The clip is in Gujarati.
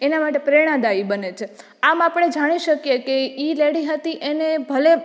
એના માટે પ્રેરણાદાયી બને છે આમ આપણે જાણી શકીએ કે એ લેડી હતી એને ભલે